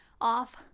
off